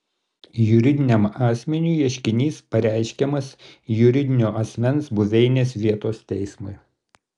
juridiniam asmeniui ieškinys pareiškiamas juridinio asmens buveinės vietos teismui